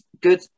good